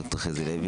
ד"ר חזי לוי,